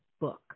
book